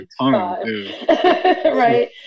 right